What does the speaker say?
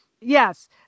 Yes